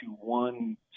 one